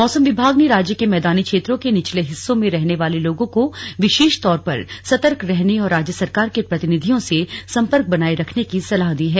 मौसम विभाग ने राज्य के मैदानी क्षेत्रों के निचले हिस्सों में रहने वाले लोगों को विशेष तौर पर सतर्क रहने और राज्य सरकार के प्रतिनिधियों से संपर्क बनाए रखने की सलाह दी है